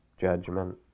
judgment